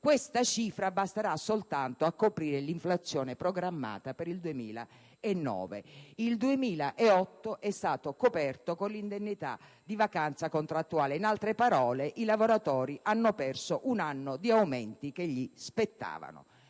Questa cifra basterà soltanto a coprire l'inflazione programmata per il 2009. Il 2008 è stato coperto con l'indennità di vacanza contrattuale: in altre parole, i lavoratori hanno perso un anno di aumenti che gli spettavano.